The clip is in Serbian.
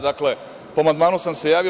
Dakle, po amandmanu sam se javio.